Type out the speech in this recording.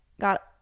got